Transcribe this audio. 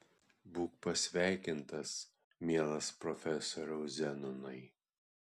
būk pasveikintas mielas profesoriau zenonai